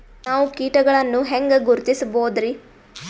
ನಾವು ಕೀಟಗಳನ್ನು ಹೆಂಗ ಗುರುತಿಸಬೋದರಿ?